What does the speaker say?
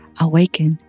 awaken